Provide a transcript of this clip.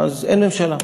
אין ממשלה.